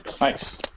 nice